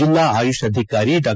ಜಿಲ್ಲಾ ಆಯುಷ್ ಅಧಿಕಾರಿ ಡಾ